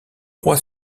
rois